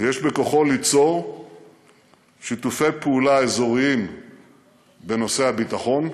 ויש בכוחו ליצור שיתופי פעולה אזוריים בנושאי הביטחון,